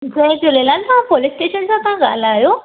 जय झूलेलाल तां police station सां त ॻाल्हायो